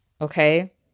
Okay